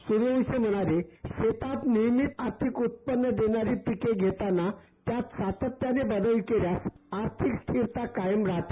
सूर्यवंशी म्हणाले शेतात नेहमी आर्थिक उत्पन्न देणारे पिके घेतांना त्यात सातत्याने बदल केल्यास आर्थिक स्थिरता कायम राहते